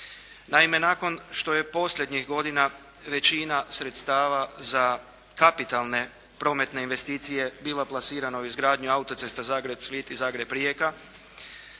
Naime, nakon što je posljednjih godina većina sredstava za kapitalne prometne investicije bila plasirana u izgradnju autocesta Zagreb-Split i Zagreb-Rijeka